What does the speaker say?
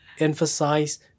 emphasize